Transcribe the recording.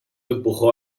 empujó